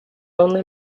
only